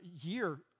year